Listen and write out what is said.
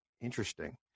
Interesting